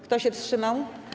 Kto się wstrzymał?